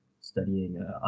studying